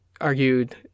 argued